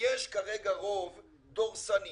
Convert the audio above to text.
שיש כרגע רוב דורסני